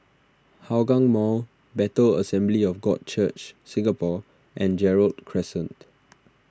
Hougang Mall Bethel Assembly of God Church Singapore and Gerald Crescent